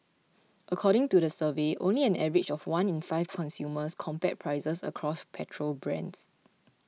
according to the survey only an average of one in five consumers compared prices across petrol brands